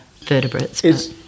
vertebrates